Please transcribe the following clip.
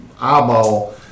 eyeball